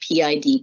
PID